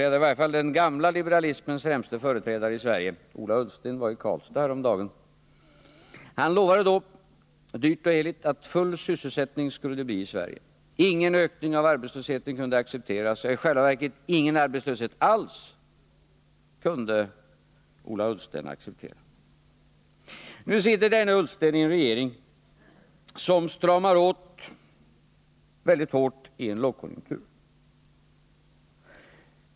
Den gamla liberalismens främste företrädare, Ola Ullsten, var i Karlstad häromdagen. Han lovade då dyrt och heligt att det skulle bli full sysselsättning i Sverige. Ingen ökning av arbetslösheten kunde accepteras, ja, i själva verket kunde Ola Ullsten inte acceptera någon arbetslöshet alls. Nu sitter denne Ullsten i en regering som stramar åt väldigt hårt i en lågkonjunktur.